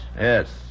Yes